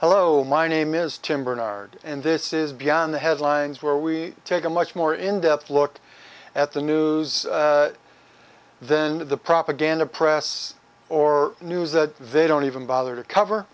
hello my name is tim barnard and this is beyond the headlines where we take a much more in depth look at the news then the propaganda press or news that they don't even bother to cover